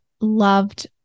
loved